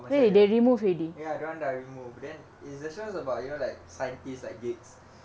pasal dia ya dia orang dah remove then it's the show's about you now like scientist like geeks